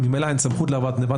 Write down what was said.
ממילא אין סמכות לעבירת גניבה.